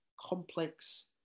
complex